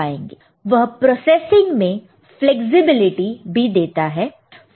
वह प्रोसेसिंग में फ्लैक्सिबिलिटी भी देता है